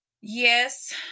Yes